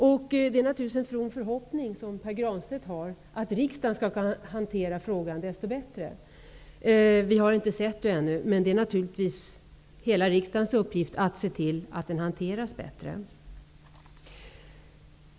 Pär Granstedt framförde en from förhoppning om att riksdagen skall kunna hantera frågan desto bättre. Vi har inte sett något ännu, men det är naturligtvis hela riksdagens uppgift att se till att frågan hanteras bättre.